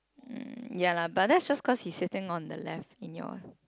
mm ya lah but that's just cause he's sitting on the left in your